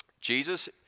Jesus